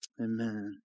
Amen